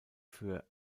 für